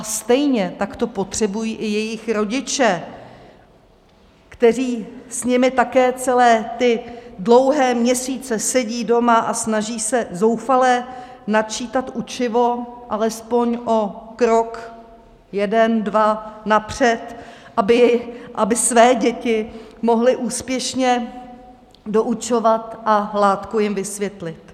Stejně tak to potřebují i jejich rodiče, kteří s nimi také celé ty dlouhé měsíce sedí doma a snaží se zoufale načítat učivo alespoň o krok, jeden, dva napřed, aby své děti mohli úspěšně doučovat a látku jim vysvětlit.